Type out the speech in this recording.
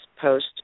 post